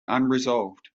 unresolved